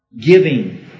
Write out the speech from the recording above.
giving